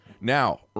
now